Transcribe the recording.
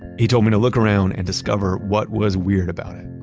he told me to look around and discover what was weird about it.